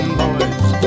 boys